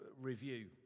review